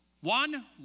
one